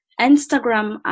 Instagram